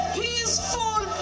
peaceful